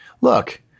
Look